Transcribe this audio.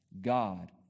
God